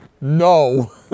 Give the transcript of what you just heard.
No